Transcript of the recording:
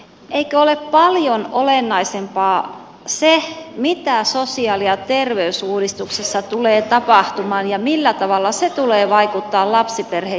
eikö ole paljon olennaisempaa se mitä sosiaali ja terveysuudistuksessa tulee tapahtumaan ja millä tavalla se tulee vaikuttamaan lapsiperheisiin